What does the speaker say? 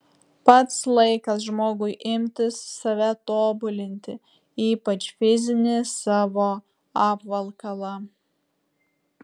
pats laikas žmogui imtis save tobulinti ypač fizinį savo apvalkalą